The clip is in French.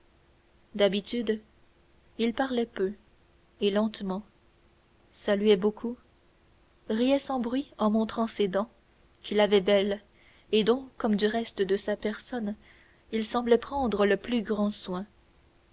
d'habitude il parlait peu et lentement saluait beaucoup riait sans bruit en montrant ses dents qu'il avait belles et dont comme du reste de sa personne il semblait prendre le plus grand soin